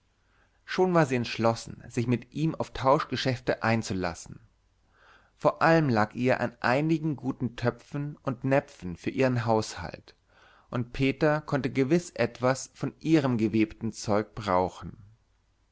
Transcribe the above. schon war sie entschlossen sich mit ihm auf tauschgeschäfte einzulassen vor allem lag ihr an einigen guten töpfen und näpfen für ihren haushalt und peter konnte gewiß etwas von ihrem gewebten zeug brauchen